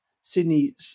Sydney